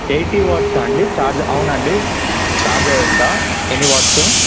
eighty watts అండి charge అవునా అండి ఛార్జ్ ఎంత ఎన్ని వాట్స్